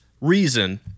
reason